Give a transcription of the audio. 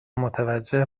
متوجه